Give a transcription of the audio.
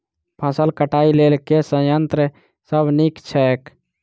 फसल कटाई लेल केँ संयंत्र सब नीक छै?